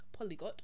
polygot